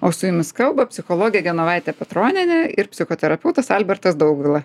o su jumis kalba psichologė genovaitė petronienė ir psichoterapeutas albertas daugvila